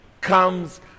comes